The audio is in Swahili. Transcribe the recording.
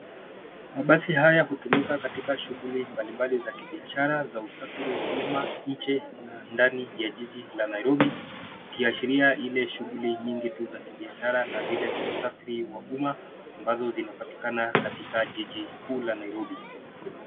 Mabasi haya hutumika katika shuguli mbalimbali za kibiashara za usafiri wa umma nje na ndani ya jiji la Nairobi ikiashiria ile shuguli nyingi tu za kibiashara na zile za usafiri wa umma ambazo zinapatikana katika jiji kuu la Nairobi.